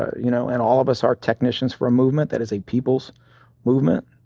you know? and all of us are technicians for a movement that is a people's movement.